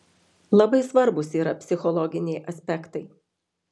labai svarbūs yra psichologiniai aspektai